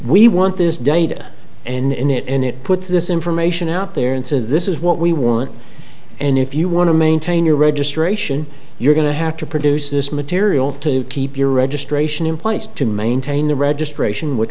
we want this data and in it and it puts this information out there and says this is what we want and if you want to maintain your registration you're going to have to produce this material to keep your registration in place to maintain the registration which